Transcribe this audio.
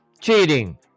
cheating